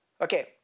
Okay